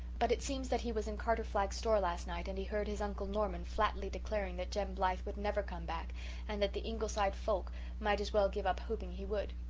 but it seems that he was in carter flagg's store last night and he heard his uncle norman flatly declaring that jem blythe would never come back and that the ingleside folk might as well give up hoping he would.